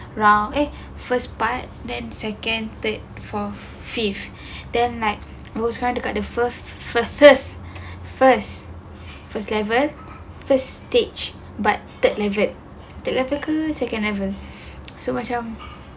round eh first part then second third fourth fifth then like mussan dekat the first first third first first level first stage but third level tak ada apa-apa second level so macam